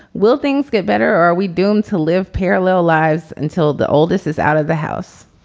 will things get better? or are we doomed to live parallel lives until the oldest is out of the house?